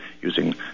using